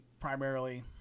primarily